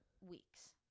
weeks